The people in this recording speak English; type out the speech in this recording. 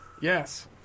Yes